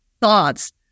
thoughts